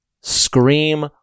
Scream